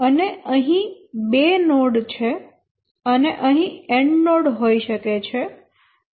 અને અહીં બે નોડ છે અને અહીં એન્ડ નોડ હોય શકે છે